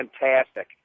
fantastic